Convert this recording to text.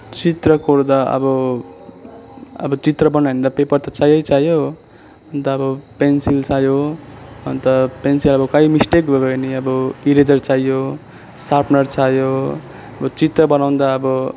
चित्र कोर्दा अब अब चित्र बनायो भने त पेपर त चाहियो चाहियो अन्त अब पेन्सिल चाहियो अन्त पेन्सिल अब काहीँ मिस्टेक भयो भने अब इरेजार चाहियो सार्पनार चाहियो अब चित्र बनाउँदा अब